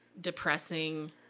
depressing